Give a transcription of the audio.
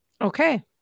Okay